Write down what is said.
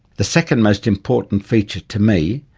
the second most important feature to me,